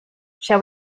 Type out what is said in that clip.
shall